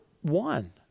one